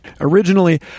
Originally